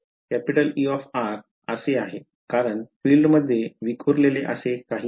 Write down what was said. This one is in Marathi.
तर माझ्याकडे ∇2E असे आहे कारण फील्डमध्ये विखुरलेले असे काहीही नाही